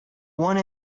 one